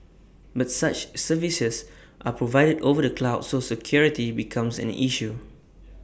but such services are provided over the cloud so security becomes an issue